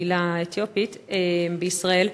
הקהילה האתיופית בישראל.